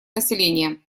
населения